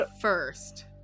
first